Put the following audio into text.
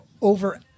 over